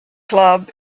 club